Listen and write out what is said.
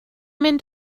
mynd